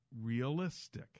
Realistic